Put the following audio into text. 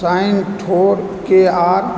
shine ठोर care